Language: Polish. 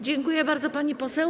Dziękuję bardzo, pani poseł.